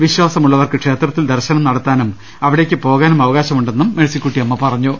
വിശ്വാസം ഉള്ളവർക്ക് ക്ഷേത്രത്തിൽ ദർശനം നടത്താനും അവിടേയ്ക്ക് പോകാനും അവകാശമുണ്ടെന്നും മേഴ്സിക്കുട്ടിയമ്മ പറ ഞ്ഞു